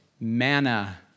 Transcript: manna